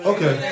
Okay